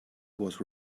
was